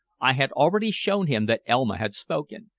i had already shown him that elma had spoken,